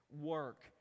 work